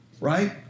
right